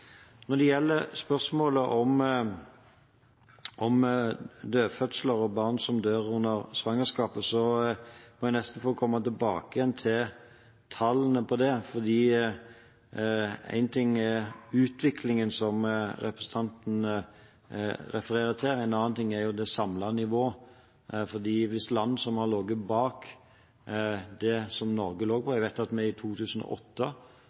Når det gjelder spørsmålet om dødfødsler og barn som dør under svangerskapet, må jeg nesten få komme tilbake til tallene på det, for én ting er utviklingen som representanten refererer til, en annen ting er det samlede nivået. For hvis land som har ligget bak det nivået som Norge lå på – jeg vet at vi i 2008